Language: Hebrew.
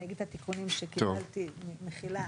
אני אגיד את התיקונים שקיבלתי, מחילה.